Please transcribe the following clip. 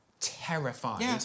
terrified